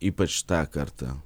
ypač tą kartą